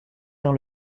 dans